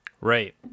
Right